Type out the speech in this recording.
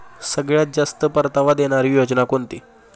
सगळ्यात जास्त परतावा देणारी योजना कोणती?